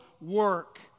work